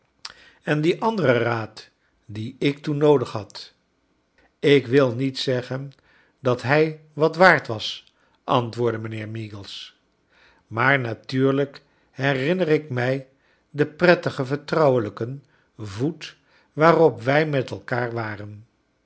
en dien anderen raad dien ik toen noodig had ik wil niet zeggen dat hij wat waard was antwoordde mijnheer meagles maar natuurlijk herinner ik mij den prettigen vertrouwelijken voet waarop wij met elkaar waren